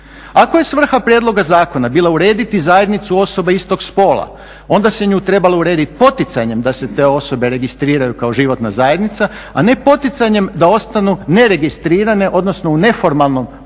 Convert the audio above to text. Ako je svrha prijedloga zakona bila urediti zajednicu osoba istog spola onda se nju trebalo urediti poticanjem da se te osobe registriraju kao životna zajednica, a ne poticanjem da ostanu neregistrirane, odnosno u neformalnom partnerstvu